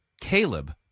Caleb